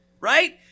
right